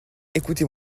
écoutez